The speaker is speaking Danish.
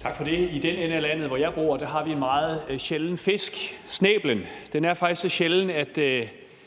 Kl. 14:08 Peter Kofod (DF): Tak for det. I den ende af landet, hvor jeg bor, har vi en meget sjælden fisk, snæblen. Den er faktisk så sjælden, at